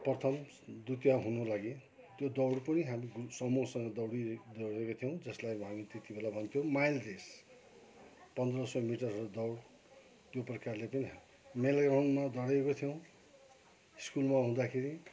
प्रथम द्वितीय हुनुलागि त्यो दौड पनि हामी समुहसँग दौडी दौडेका थियौँ जसलाई हामी त्यतिबेला भन्थ्यौँ माइल रेस पन्ध्र सय मिटर दौड त्यो प्रकारले मेला ग्राउन्डमा दौडेका थियौँ स्कुलमा हुँदाखेरि